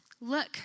look